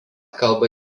kalba